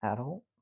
Adult